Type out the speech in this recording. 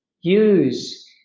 use